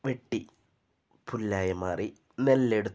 വെട്ടി പുല്ലായി മാറി നെല്ലെടുത്തു